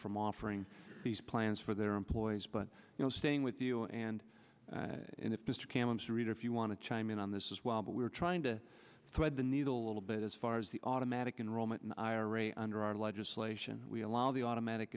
from offering these plans for their employees but you know staying with you and mr cameron's to read if you want to chime in on this as well but we're trying to thread the needle a little bit as far as the automatic enrollment ira under our legislation we allow the automatic